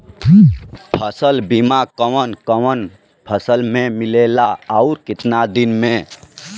फ़सल बीमा कवने कवने फसल में मिलेला अउर कितना दिन में?